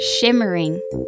shimmering